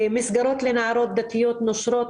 מסגרות לנערות דתיות נושרות.